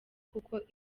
kuko